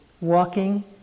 Walking